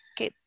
Okay